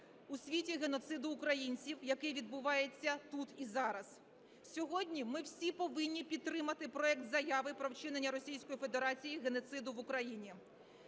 у світі геноциду українців, який відбувається тут і зараз. Сьогодні ми всі повинні підтримати проект Заяви "Про вчинення Російською Федерацією геноциду в Україні".